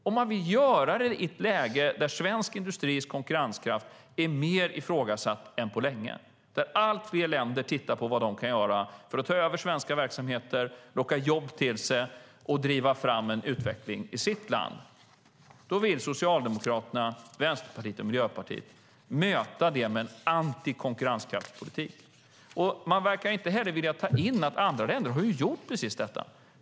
Och man vill göra det i ett läge då svensk industris konkurrenskraft är mer ifrågasatt än på länge, då allt fler länder tittar på vad de kan göra för att ta över svenska verksamheter, locka jobb till sig och driva fram en utveckling i sina länder. Då vill Socialdemokraterna, Vänsterpartiet och Miljöpartiet möta detta med en antikonkurrenskraftspolitik. Man verkar inte heller vilja ta in att andra länder har gjort precis detta.